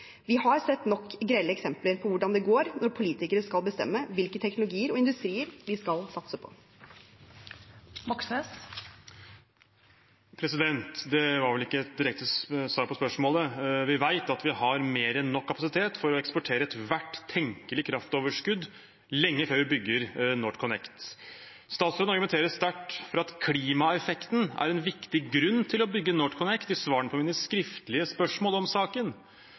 Vi har sett nok grelle eksempler på hvordan det går når politikere skal bestemme hvilke teknologier og industrier vi skal satse på. Det var vel ikke et direkte svar på spørsmålet. Vi vet at vi har mer enn nok kapasitet til å eksportere ethvert tenkelig kraftoverskudd lenge før vi bygger NorthConnect. Statsråden argumenterer sterkt for at klimaeffekten er en viktig grunn til å bygge NorthConnect. I svarene på mine skriftlige spørsmål om saken